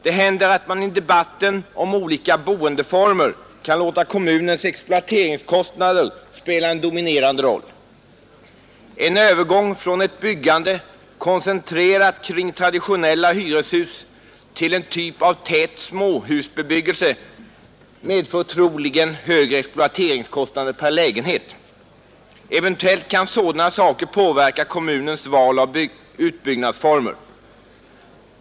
Det händer att man i debatten om olika boendeformer kan låta kommunens exploateringskostnader spela en dominerande roll. En övergång från ett byggande koncentrerat kring traditionella hyreshus till en typ av tät småhusbebyggelse medför troligen högre exploateringskostnader per lägenhet. Eventuellt kan sådana saker påverka kommunernas val av utbyggnadsformer.